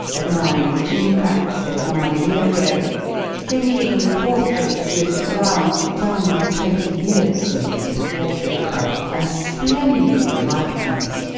admiring the gimcracks they admired a year ago thinking the portrait of mr. brown done, twenty years since, at a portrait club a splendid likeness,